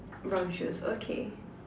brown shoes okay